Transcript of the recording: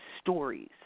stories